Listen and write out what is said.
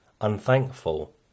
unthankful